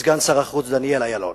סגן שר החוץ דניאל אילון.